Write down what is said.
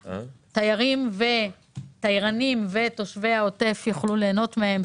כשהתיירנים ותושבי העוטף יוכלו ליהנות מהם.